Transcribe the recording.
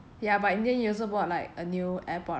ya but in the end you also bought like a new air port right